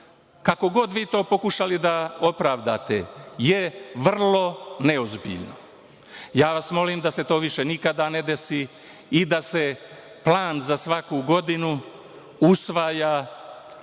kako god vi to pokušali da opravdate, je vrlo neozbiljno. Molim vas da se to više nikada ne desi i da se plan za svaku godinu usvaja ili